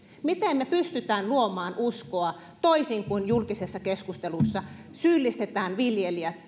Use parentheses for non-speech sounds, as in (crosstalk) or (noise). miten me pystymme luomaan uskoa toisin kuin julkisessa keskustelussa jossa syyllistetään viljelijää (unintelligible)